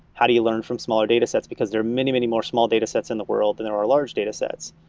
how do you learn from smaller datasets, because there are many, many more small datasets in the world than there are large datasets?